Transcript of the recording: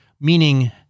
meaning